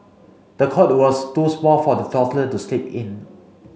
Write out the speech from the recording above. the cot was too small for the toddler to sleep in